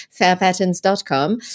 fairpatterns.com